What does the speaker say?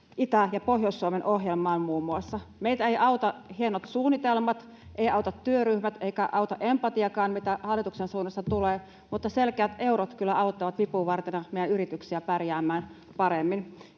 Itä- ja Pohjois-Suomen ohjelmaan. Meitä eivät auta hienot suunnitelmat, eivät auta työryhmät eikä auta empatiakaan, mitä hallituksen suunnasta tulee, mutta selkeät eurot kyllä auttavat vipuvartena meidän yrityksiä pärjäämään paremmin.